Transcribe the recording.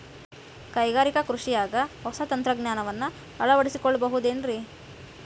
ಕೈಗಾರಿಕಾ ಕೃಷಿಯಾಗ ಹೊಸ ತಂತ್ರಜ್ಞಾನವನ್ನ ಅಳವಡಿಸಿಕೊಳ್ಳಬಹುದೇನ್ರೇ?